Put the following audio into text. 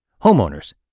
Homeowners